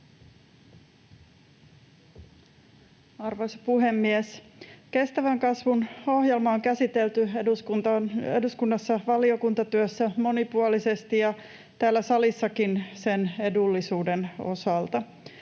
Arvoisa puhemies! Kestävän kasvun ohjelmaa on käsitelty eduskunnassa valiokuntatyössä monipuolisesti ja täällä salissakin sen edullisuuden osalta.